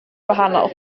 gwahanol